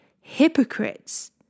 hypocrites